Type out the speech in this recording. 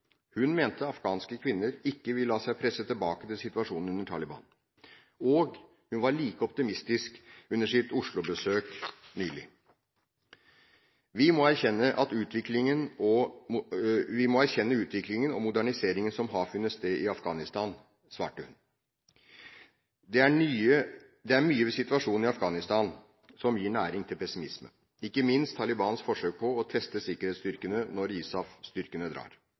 Hun mente afghanske kvinner ikke ville la seg presse tilbake til situasjonen under Taliban, og hun var like optimistisk under sitt Oslo-besøk nylig. Vi må erkjenne utviklingen og moderniseringen som har funnet sted i Afghanistan, svarte hun. Det er mye ved situasjonen i Afghanistan som gir næring til pessimisme, ikke minst Talibans forsøk på å teste sikkerhetsstyrkene når ISAF-styrkene drar.